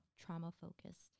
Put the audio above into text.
trauma-focused